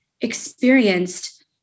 experienced